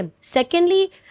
Secondly